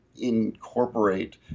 incorporate